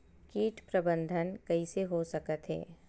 कीट प्रबंधन कइसे हो सकथे?